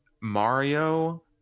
Mario